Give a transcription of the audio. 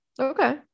Okay